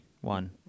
one